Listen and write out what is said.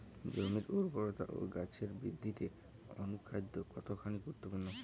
জমির উর্বরতা ও গাছের বৃদ্ধিতে অনুখাদ্য কতখানি গুরুত্বপূর্ণ?